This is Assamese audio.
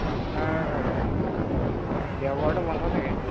অঁ আপোনাৰ দেওবাৰটো বন্ধ থাকে